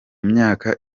myaka